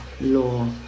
law